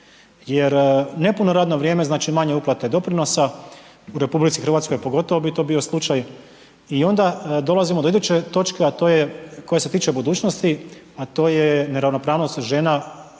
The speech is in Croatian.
jer nepuno radno vrijeme znači manje uplate doprinosa u RH pogotovo bi to bio slučaj i onda dolazimo do iduće točke, a to je koja se tiče budućnosti, a to je neravnopravnost žena za